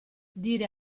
dire